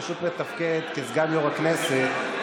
אני פשוט מתפקד כסגן יו"ר הכנסת,